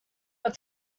your